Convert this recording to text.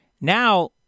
Now